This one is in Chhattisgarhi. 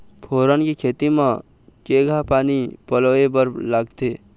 फोरन के खेती म केघा पानी पलोए बर लागथे?